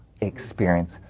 experience